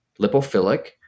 lipophilic